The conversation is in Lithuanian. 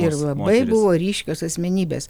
ir labai buvo ryškios asmenybės